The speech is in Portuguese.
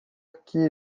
que